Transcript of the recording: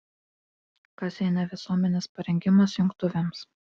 kas jei ne visuomenės parengimas jungtuvėms